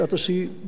שעת השיא,